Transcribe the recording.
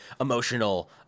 emotional